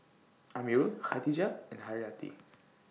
Amirul Khatijah and Haryati